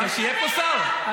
אבל שיהיה פה שר.